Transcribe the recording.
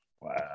Wow